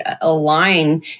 align